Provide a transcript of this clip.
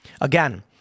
Again